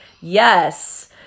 Yes